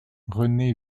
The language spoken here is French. rené